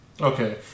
Okay